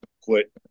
quit